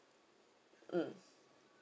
mm